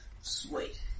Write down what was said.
Sweet